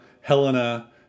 Helena